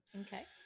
okay